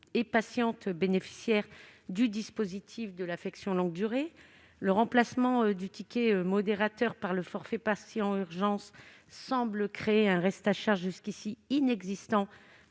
les patients bénéficiaires du dispositif de l'ALD. Le remplacement du ticket modérateur par le « forfait patient urgences » semble créer un reste à charge jusqu'ici inexistant